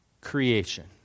creation